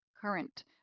current